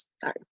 sorry